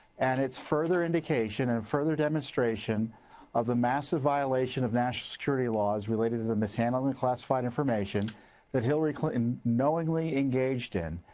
and its further indication and further demonstration of a massive violation of national security laws related to mishandling and classified information that hillary clinton knowingly engaged in.